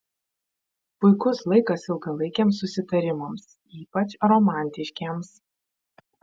puikus laikas ilgalaikiams susitarimams ypač romantiškiems